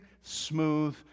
smooth